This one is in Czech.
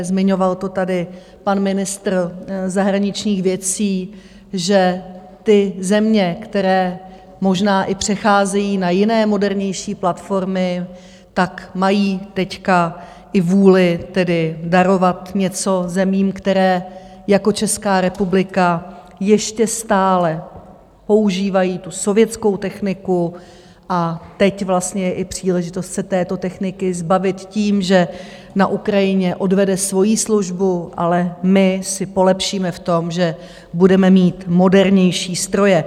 Zmiňoval to tady pan ministr zahraničních věcí, že ty země, které možná i přecházejí na jiné, modernější platformy, mají teď i vůli darovat něco zemím, které jako Česká republika ještě stále používají sovětskou techniku, a teď je i příležitost se této techniky zbavit tím, že na Ukrajině odvede svoji službu, ale my si polepšíme v tom, že budeme mít modernější stroje.